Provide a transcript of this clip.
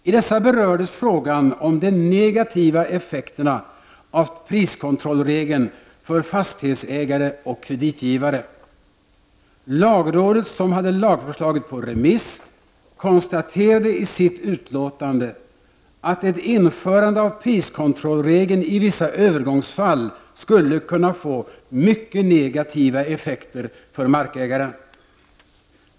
I dessa berördes frågan om de negativa effekterna av priskontrollregeln för fastighetsägare och kreditgivare. Lagrådet, som hade lagförslaget på remiss, konstaterade i sitt utlåtande, att ett införande av priskontrollregeln i vissa övergångsfall skulle kunna få mycket negativa effekter för markägaren.